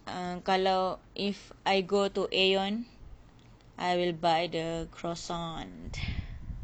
ah kalau if I go to AEON I will buy the croissant